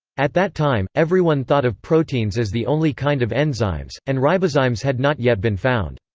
at that time, everyone thought of proteins as the only kind of enzymes, and ribozymes had not yet been found.